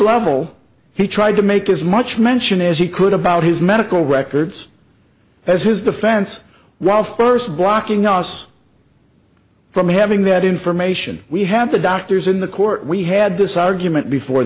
level he tried to make as much mention as he could about his medical records as his defense while first blocking us from having that information we have the doctors in the court we had this argument before